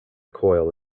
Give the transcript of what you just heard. coil